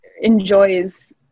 enjoys